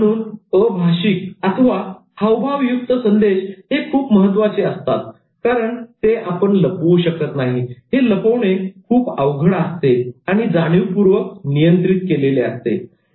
म्हणून अभाशिकहावभाव युक्त संदेश हे खूप महत्त्वाचे असतात कारण ते आपण लपवू शकत नाही ते लपवणे खूप अवघड असते आणि जाणीवपूर्वक नियंत्रित होते